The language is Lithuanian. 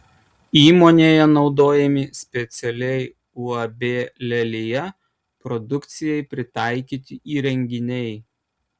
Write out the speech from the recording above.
įmonėje naudojami specialiai uab lelija produkcijai pritaikyti įrenginiai